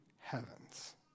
heavens